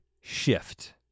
shift